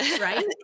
right